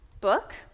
book